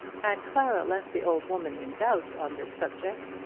had clara left the old woman in doubt on this subject,